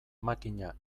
makina